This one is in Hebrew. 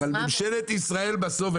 אבל ממשלת ישראל בסוף,